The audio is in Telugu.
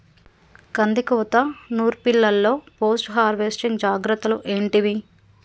కందికోత నుర్పిల్లలో పోస్ట్ హార్వెస్టింగ్ జాగ్రత్తలు ఏంటివి?